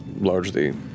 largely